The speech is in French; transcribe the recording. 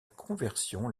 conversion